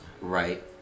Right